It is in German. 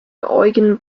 eugen